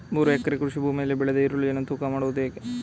ಮೂರು ಎಕರೆ ಕೃಷಿ ಭೂಮಿಯಲ್ಲಿ ಬೆಳೆದ ಈರುಳ್ಳಿಯನ್ನು ತೂಕ ಮಾಡುವುದು ಹೇಗೆ?